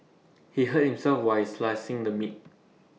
he hurt himself while slicing the meat